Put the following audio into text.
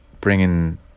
bringing